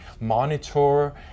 monitor